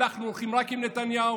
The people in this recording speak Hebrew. אנחנו הולכים רק עם נתניהו.